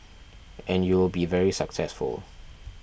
and you will be very successful